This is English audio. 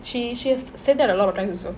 she she has said that a lot of times also